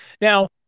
Now